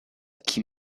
qui